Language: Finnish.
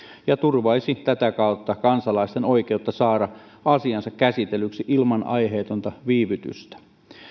ja turvaisi tätä kautta kansalaisten oikeutta saada asiansa käsitellyksi ilman aiheetonta viivytystä